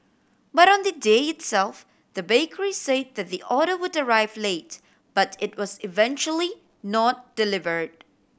but on the day itself the bakery say that the order would arrive late but it was eventually not delivered